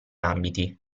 ambiti